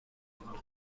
کنه